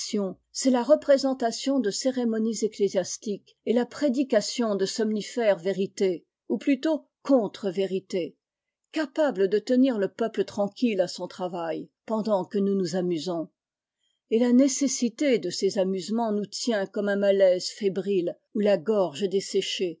c'est la représentation de cérémonies ecclésiastiques et la prédication de somnifères vérités ou plutôt contre vérités capables de tenir le peuple tranquille à son travail pendant que nous nous amusons et la nécessité de ces amusements nous tient comme un malaise fébrile où la gorge est